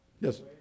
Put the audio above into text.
Yes